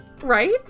right